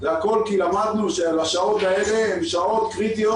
הכול כי למדנו שהשעות האלה הן שעות קריטיות